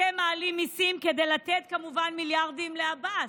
אתם מעלים מיסים כדי לתת כמובן מיליארדים לעבאס.